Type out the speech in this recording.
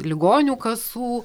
ligonių kasų